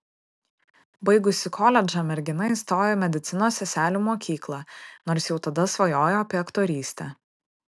baigusi koledžą mergina įstojo į medicinos seselių mokyklą nors jau tada svajojo apie aktorystę